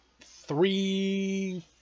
three